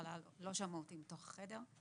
בהתחלה לא שמעו אותי מתוך החדר.